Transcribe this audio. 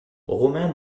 romain